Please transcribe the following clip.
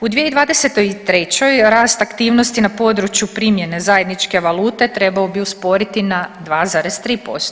U 2023. rast aktivnosti na području primjene zajedničke valute trebao bi usporiti na 2,3%